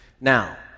Now